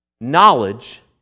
knowledge